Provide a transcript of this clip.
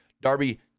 Darby